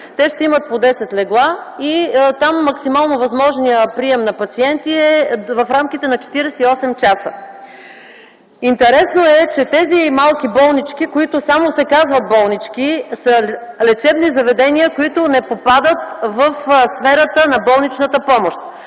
те ще имат по 10 легла и там максимално възможният прием на пациенти е в рамките на 48 часа. Интересно е, че тези малки болнички, които само се казват болнички, са лечебни заведения, които не попадат в сферата на болничната помощ.